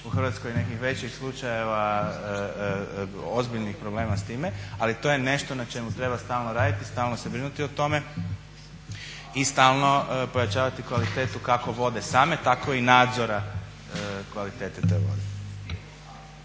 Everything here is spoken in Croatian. u Hrvatskoj nekih većih slučajeva ozbiljnih problema s time, ali to je nešto na čemu treba stalno raditi i stalno se brinuti o tome i stalno pojačavati kvalitetu kako vode same tako i nadzora kvalitete te